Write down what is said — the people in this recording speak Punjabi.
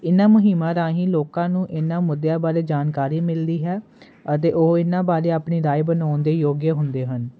ਇਨ੍ਹਾਂ ਮੁਹਿੰਮਾਂ ਰਾਹੀਂ ਲੋਕਾਂ ਨੂੰ ਇਨ੍ਹਾਂ ਮੁੱਦਿਆਂ ਬਾਰੇ ਜਾਣਕਾਰੀ ਮਿਲਦੀ ਹੈ ਅਤੇ ਉਹ ਇਨ੍ਹਾਂ ਬਾਰੇ ਆਪਣੀ ਰਾਏ ਬਣਾਉਣ ਦੇ ਯੋਗ ਹੁੰਦੇ ਹਨ